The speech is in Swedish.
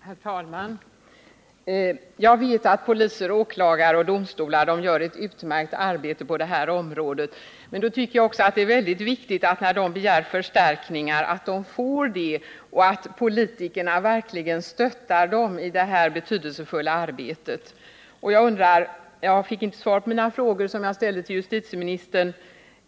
Herr talman! Jag vet att poliser, åklagare och domstolar gör ett utmärkt arbete på det här området, men då är det också viktigt att de får förstärkningar när de begär det och att politikerna verkligen stöttar dem i deras betydelsefulla arbete. Jag fick inte svar på de frågor jag ställde till justitieministern.